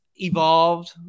evolved